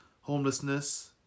homelessness